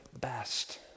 best